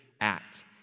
act